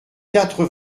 quatre